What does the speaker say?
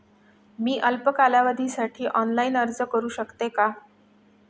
मी अल्प कालावधीसाठी ऑनलाइन अर्ज करू शकते का?